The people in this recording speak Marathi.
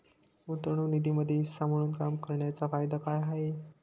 गुंतवणूक निधीमध्ये हिस्सा म्हणून काम करण्याच्या फायदा काय आहे?